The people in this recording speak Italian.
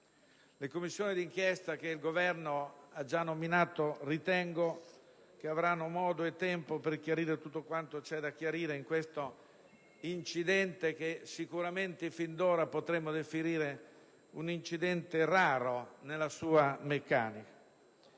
Le commissioni d'inchiesta che il Governo ha già nominato ritengo avranno modo e tempo per chiarire tutto ciò che c'è da chiarire in questo incidente, che sicuramente, fin d'ora, potremmo definire raro nella sua meccanica.